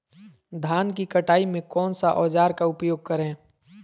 धान की कटाई में कौन सा औजार का उपयोग करे?